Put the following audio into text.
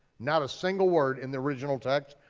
not a single word in the original text,